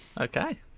okay